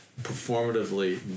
performatively